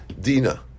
Dina